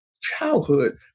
childhood